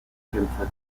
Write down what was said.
kämpfer